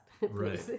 Right